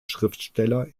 schriftsteller